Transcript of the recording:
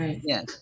yes